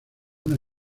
una